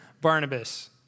Barnabas